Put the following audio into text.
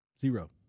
Zero